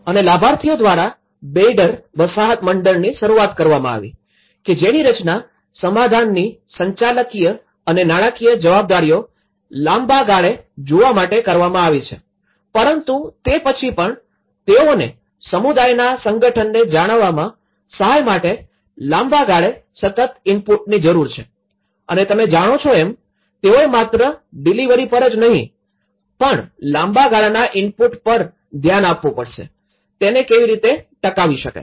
અને લાભાર્થીઓ દ્વારા બેયડર વસાહતની મંડળની શરૂઆત કરવામાં આવી કે જેની રચના સમાધાનની સંચાલકીય અને નાણાકીય જવાબદારીઓ લાંબા લાંબા ગાળે જોવા માટે કરવામાં આવી છે પરંતુ તે પછી પણ તેઓને સમુદાયના સંગઠનને જાળવવામાં સહાય માટે લાંબા ગાળે સતત ઇનપુટની જરૂર છે અને તમે જાણો છો એમ તેઓએ માત્ર ડિલિવરી પર જ નહીં પણ લાંબા ગાળાના ઇનપુટ પર ધ્યાન આપવું પડશે તેને રીતે ટકાવી શકાય